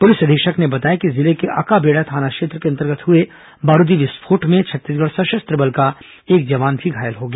police अधीक्षक ने बताया कि जिले के अकार्बेड़ा थाना क्षेत्र के अंतर्गत हुए बारूदी विस्फोट में छत्तीसगढ़ सशस्त्र बल का एक जवान भी घायल हो गया